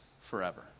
forever